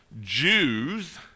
Jews